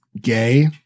gay